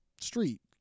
street